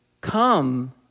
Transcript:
come